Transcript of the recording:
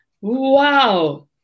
Wow